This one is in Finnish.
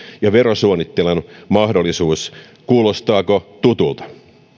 ja verosuunnittelun mahdollisuus kuulostaako tutulta